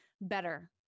better